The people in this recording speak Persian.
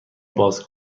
باز